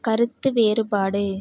கருத்து வேறுபாடு